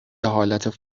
حالت